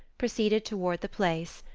proceeded toward the place,